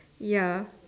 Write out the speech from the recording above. ya